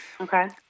Okay